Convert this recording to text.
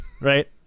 right